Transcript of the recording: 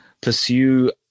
pursue